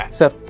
sir